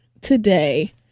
today